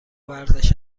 ورزش